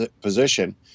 position